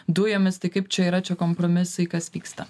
dujomis kaip čia yra čia kompromisai kas vyksta